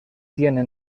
tiene